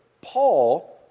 Paul